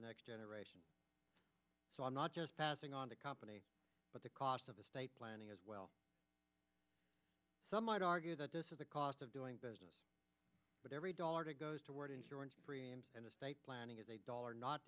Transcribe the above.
the next generation so i'm not just passing on the company but the cost of the state planning as well some might argue that this is the cost of doing business but every dollar that goes toward insurance premiums and estate planning is a dollar not